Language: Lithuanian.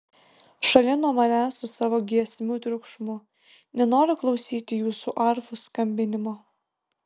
šalin nuo manęs su savo giesmių triukšmu nenoriu klausyti jūsų arfų skambinimo